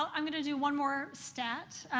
um um gonna do one more stat,